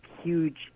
huge